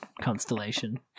constellation